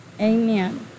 Amen